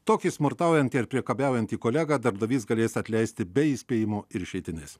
tokį smurtaujantį ar priekabiaujantį kolegą darbdavys galės atleisti be įspėjimo ir išeitinės